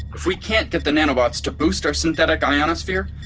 if we can't get the nanobots to boost our synthetic ionosphere,